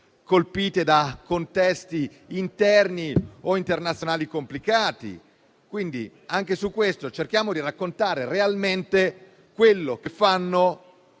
colpite da contesti interni o internazionali complicati. Quindi, anche su questo, cerchiamo di raccontare realmente quello che fa